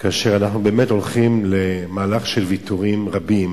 כאשר אנחנו באמת הולכים למהלך של ויתורים רבים